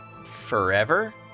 forever